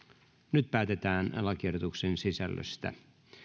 nyt päätetään lakiehdotuksen sisällöstä